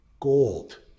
gold